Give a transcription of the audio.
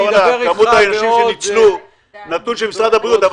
וזה נתון של משרד הבריאות.